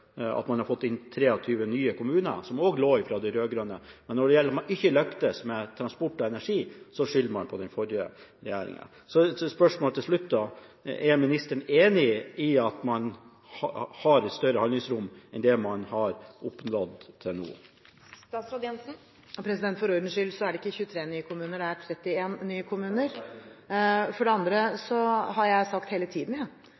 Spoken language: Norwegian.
at man har fått inn 23 nye kommuner, som også lå inne fra de rød-grønne. Men når man ikke har lyktes med transport og energi, skylder man på den forrige regjeringen. Spørsmålet til slutt er: Er ministeren enig i at man har et større handlingsrom enn det man har oppnådd til nå? For ordens skyld er det ikke 23 nye kommuner, det er 31 nye kommuner. Så har jeg hele tiden